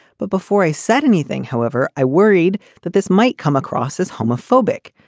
but before i said anything, however, i worried that this might come across as homophobic.